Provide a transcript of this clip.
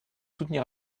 soutenir